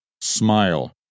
smile